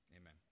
Amen